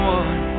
one